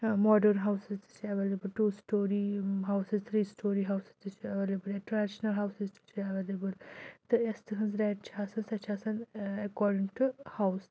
modern houses تہِ چھِ available two story houses three story houses تہِ چھِ ایویلیبٕل یا ٹرٛیڈِشنل ہاوسِز تہِ چھِ ایویلیبٕل تہٕ یۄس تِہٕنٛز ریٹ چھِ آسان سۄ چھِ آسان اٮ۪کاڈِنگ ٹُہ ہاوُس